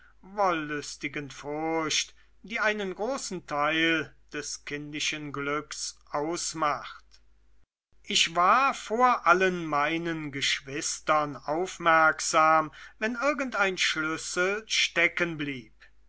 wollüstigen furcht die einen großen teil des kindischen glücks ausmacht ich war vor allen meinen geschwistern aufmerksam wenn irgendein schlüssel